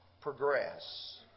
progress